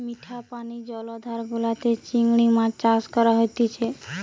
মিঠা পানি জলাধার গুলাতে চিংড়ি মাছ চাষ করা হতিছে